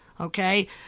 okay